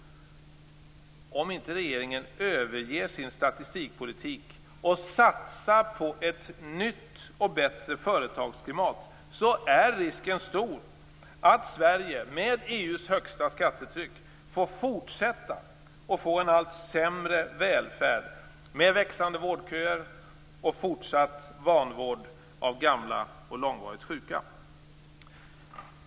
Om regeringen inte överger sin statistikpolitik och satsar på ett nytt och bättre företagsklimat är risken stor att Sverige, med EU:s högsta skattetryck, kommer att fortsätta att få en allt sämre välfärd, med växande vårdköer och fortsatt vanvård av gamla och långvarigt sjuka.